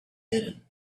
hidden